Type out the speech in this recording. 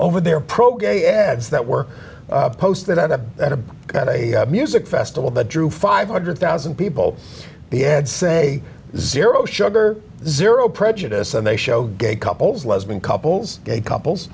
over there pro gay ads that were posted at a at a at a music festival that drew five hundred thousand people he had say zero sugar zero prejudice and they show gay couples lesbian couples gay couples